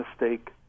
mistake